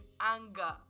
anger